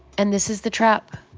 and this is the trap.